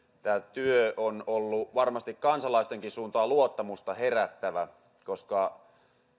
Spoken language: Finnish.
työ on ollut varmasti kansalaistenkin suuntaan luottamusta herättävä koska